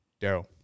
Daryl